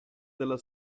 dalla